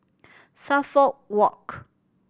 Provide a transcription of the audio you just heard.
Suffolk Walk